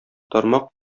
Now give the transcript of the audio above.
тармак